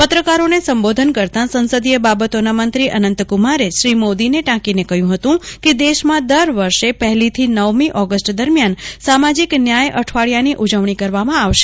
પત્રકારોને સંબીધન કરતા સંસદીય બાબતોના મંત્રી અનંતકુમારે શ્રી મોદીને ટાંકીને કહ્યું હતું કે દેશમાં દર વર્ષે પહેલીથી નવમી ઓગસ્ટ દરમિયાન સામાજિક ન્યાય અઠવાડિયાની ઉજવણી કરવામાં આવશે